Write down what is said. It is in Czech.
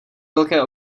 velké